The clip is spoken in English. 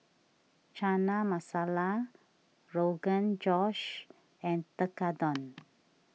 Chana Masala Rogan Josh and Tekkadon